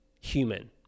human